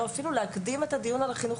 או אפילו להקדים את הדיון על החינוך